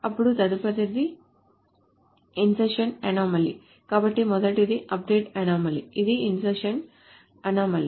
అప్పుడు తదుపరిది insertion anomaly కాబట్టి మొదటిది అప్డేట్ అనామలీ ఇది ఇన్సర్షన్ అనామలీ